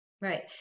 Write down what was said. Right